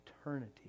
eternity